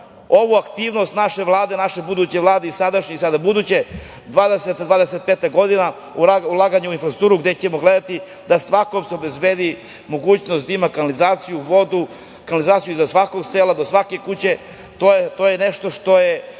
ovu aktivnost naše Vlade, buduće i sadašnje, 20-25 godina, ulaganje u infrastrukturu, gde ćemo gledati da se svakom obezbedi mogućnost da ima kanalizaciju, vodu, kanalizaciju do svakog sela, do svake kuće. To je nešto što je